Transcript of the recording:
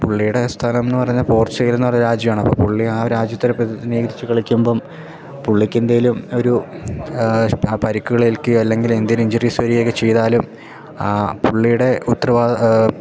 പുള്ളിയുടെ സ്ഥലമെന്നു പറഞ്ഞാൽ പോർച്ചുഗൽ എന്ന് പറഞ്ഞ രാജ്യമാണ് അപ്പം പുള്ളി ആ രാജ്യത്തെ പ്രതിനിധീകരിച്ച് കളിക്കുമ്പം പുള്ളിക്ക് എന്തെങ്കിലും ഒരു പരിക്കുകളേൽക്കെ അല്ലെങ്കിൽ എന്തെങ്കിലും ഇഞ്ചുറീസ് വരികയൊക്കെ ചെയ്താലും പുള്ളിയുടെ ഉത്തരവാ